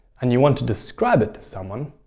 and you want to describe it to someone,